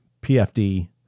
PFD